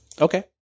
Okay